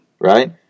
right